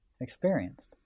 experienced